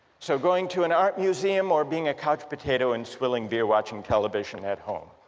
so going to an art museum or being a couch potato, and swilling beer watching television at home